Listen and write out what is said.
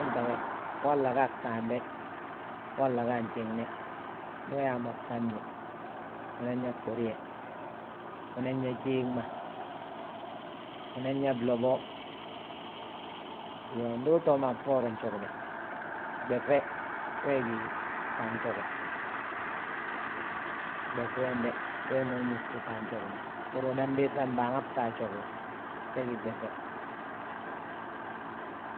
Hanta we wolla ga a gŧambe, wolla ga a nji)nne, ndu uyaa mo bŧabñe, unan yaa ɓuri ye, unan yaa jéeŋ ma unan yaa blobo. Iyoo, ndu utoo mo a bboorin jog be, ɓeŧe, wee gí ta joge, ɓeŧi wembe, wee ma wi ñó gi bta jogi ma. Bbúru unan biiŧa mbaŋa ta a jogi we, we gi ɓeŧe.